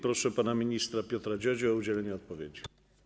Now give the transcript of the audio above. Proszę pana ministra Piotra Dziadzię o udzielenie odpowiedzi.